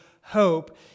hope